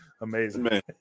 Amazing